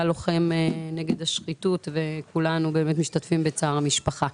הוא היה לוחם נגד השחיתות וכולנו באמת משתתפים בצער המשפחה.